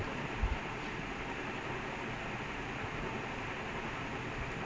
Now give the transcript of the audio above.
brendawick started first time started